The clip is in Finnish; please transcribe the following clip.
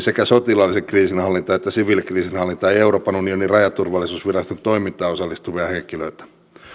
sekä sotilaalliseen kriisinhallintaan että siviilikriisinhallintaan ja euroopan unionin rajaturvallisuusviraston toimintaan osallistuvia henkilöitä